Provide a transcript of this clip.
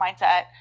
mindset